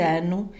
ano